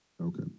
Okay